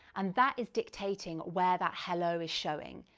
and that is dictating where that hello is showing.